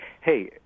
hey